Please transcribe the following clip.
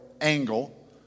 angle